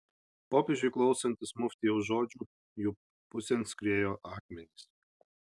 popiežiui klausantis muftijaus žodžių jų pusėn skriejo akmenys